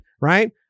right